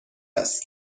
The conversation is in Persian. است